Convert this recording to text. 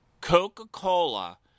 Coca-Cola